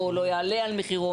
או לא יעלה על מחירון.